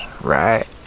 right